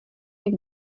být